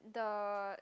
the